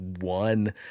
one